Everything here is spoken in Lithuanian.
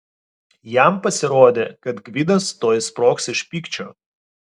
jam pasirodė kad gvidas tuoj sprogs iš pykčio